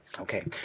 Okay